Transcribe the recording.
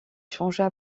changea